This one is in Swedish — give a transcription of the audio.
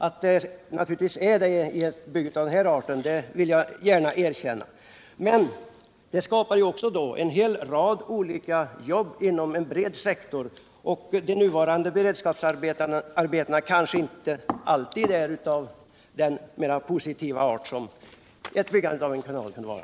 Att ett bygge av den här arten kan vara besvärligt kan jag förstå, men det skapar då också en hel rad jobb inom en bred sektor. De nuvarande beredskapsarbetena är kanske inte alltid av den positiva art som byggandet av en kanal kan vara.